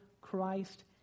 Christ